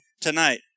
tonight